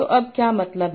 तो अब क्या मतलब है